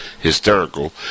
hysterical